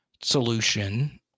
solution